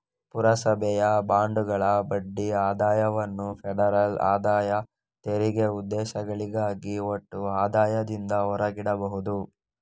ಪುರಸಭೆಯ ಬಾಂಡುಗಳ ಬಡ್ಡಿ ಆದಾಯವನ್ನು ಫೆಡರಲ್ ಆದಾಯ ತೆರಿಗೆ ಉದ್ದೇಶಗಳಿಗಾಗಿ ಒಟ್ಟು ಆದಾಯದಿಂದ ಹೊರಗಿಡಬಹುದು